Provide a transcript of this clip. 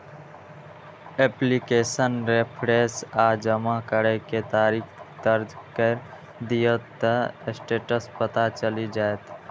application reference आ जमा करै के तारीख दर्ज कैर दियौ, ते स्टेटस पता चलि जाएत